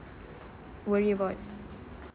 worry about